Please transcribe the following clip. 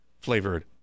flavored